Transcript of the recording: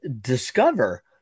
discover